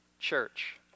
Church